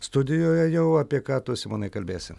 studijoje jau apie ką tu simonai kalbėsi